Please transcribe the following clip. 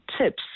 tips